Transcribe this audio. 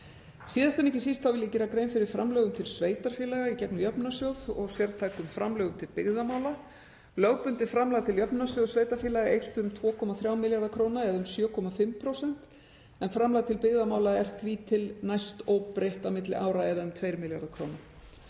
Síðast en ekki síst vil ég gera grein fyrir framlögum til sveitarfélaga í gegnum jöfnunarsjóð og sértækum framlögum til byggðamála. Lögbundið framlag til Jöfnunarsjóðs sveitarfélaga eykst um 2,3 milljarða kr., eða um 7,5%, en framlag til byggðamála er því til næst óbreytt á milli ára eða um 2 milljarðar kr.